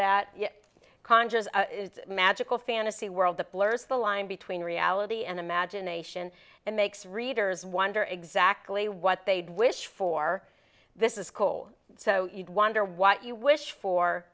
that conjures magical fantasy world that blurs the line between reality and imagination and makes readers wonder exactly what they'd wish for this is coal so you'd wonder what you wish for